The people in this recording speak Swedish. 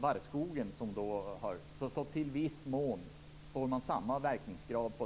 barrskogen får man i viss mån samma verkningsgrad.